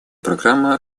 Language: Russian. программа